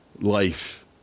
life